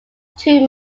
too